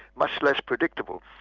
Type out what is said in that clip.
much less predictable.